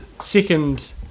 second